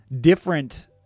different